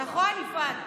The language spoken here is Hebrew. נכון, יפעת?